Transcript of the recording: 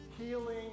healing